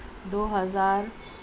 دو ہزار